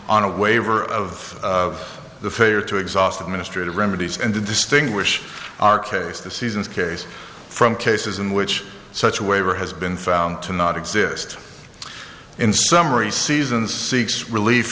on a waiver of the failure to exhaust administrative remedies and to distinguish our case the seasons case from cases in which such a waiver has been found to not exist in summary seasons seeks relief